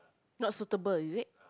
not suitable is it